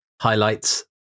Highlights